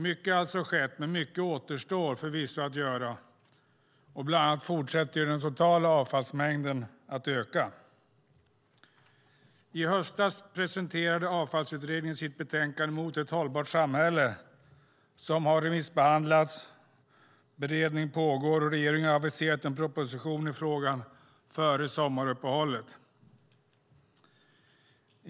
Mycket har alltså skett, men mycket återstår förvisso att göra. Bland annat fortsätter den totala avfallsmängden att öka. I höstas presenterade Avfallsutredningen sitt betänkande Mot ett hållbart samhälle som har remissbehandlats, och beredning pågår. Regeringen har aviserat en proposition i frågan före sommaruppehållet.